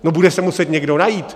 No, bude se muset někdo najít.